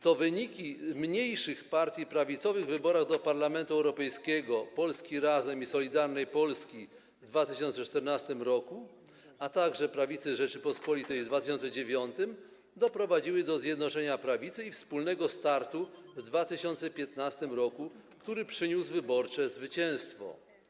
To wyniki mniejszych partii prawicowych w wyborach do Parlamentu Europejskiego - Polski Razem i Solidarnej Polski w 2014 r., a także Prawicy Rzeczypospolitej w 2009 r. - doprowadziły do zjednoczenia prawicy i wspólnego startu w 2015 r., który przyniósł wyborcze zwycięstwo.